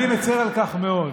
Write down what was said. אני מצר על כך מאוד,